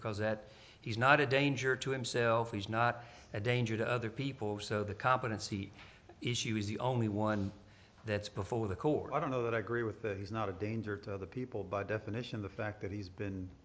because that he's not a danger to himself he's not a danger to other people so the competency issue is the only one that's before the court i don't know that i agree with the he's not a danger to other people by definition the fact that he's been